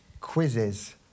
Quizzes